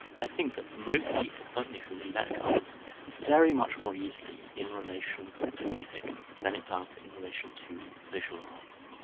i think that for most people, certainly for me, that comes very much more easily in relation to music than it does in relation to visual arts.